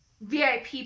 VIP